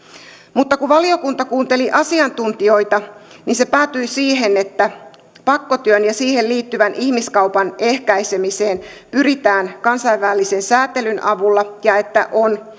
mutta kun valiokunta kuunteli asiantuntijoita se päätyi siihen että pakkotyön ja siihen liittyvän ihmiskaupan ehkäisemiseen pyritään kansainvälisen säätelyn avulla ja että on